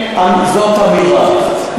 זאת אמירה,